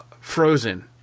frozen